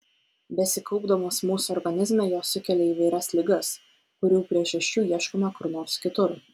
besikaupdamos mūsų organizme jos sukelia įvairias ligas kurių priežasčių ieškome kur nors kitur